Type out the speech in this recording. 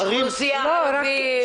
יש אוכלוסייה ערבית.